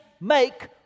make